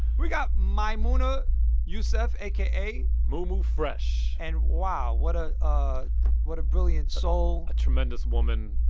we got maimouna youssef, aka. mumu fresh and, wow, what a ah what a brilliant soul a tremendous woman,